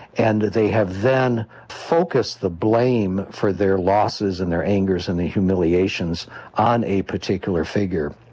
and they have then focused the blame for their losses and their angers and the humiliations on a particular figure.